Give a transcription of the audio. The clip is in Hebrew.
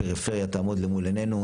הפריפריה תעמוד אל מול עינינו,